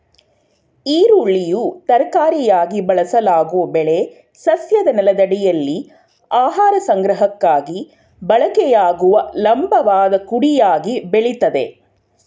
ಈರುಳ್ಳಿಯು ತರಕಾರಿಯಾಗಿ ಬಳಸಲಾಗೊ ಬೆಳೆ ಸಸ್ಯದ ನೆಲದಡಿಯಲ್ಲಿ ಆಹಾರ ಸಂಗ್ರಹಕ್ಕಾಗಿ ಬಳಕೆಯಾಗುವ ಲಂಬವಾದ ಕುಡಿಯಾಗಿ ಬೆಳಿತದೆ